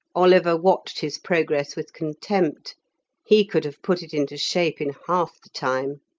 oliver watched his progress with contempt he could have put it into shape in half the time.